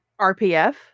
RPF